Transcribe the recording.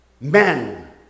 Men